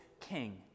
king